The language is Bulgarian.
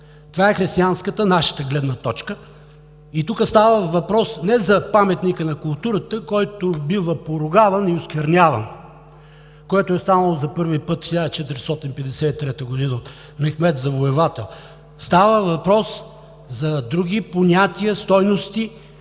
това е християнската гледна точка. Тук става въпрос не за паметник на културата, който бива поругаван и оскверняван, което е станало за първи път в 1453 г. при Мехмед Завоевателя, а става въпрос за други понятия и стойности,